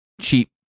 cheap